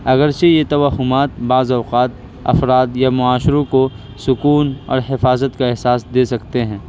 اگرچہ یہ توہمات بعض اوقات افراد یا معاشروں کو سکون اور حفاظت کا احساس دے سکتے ہیں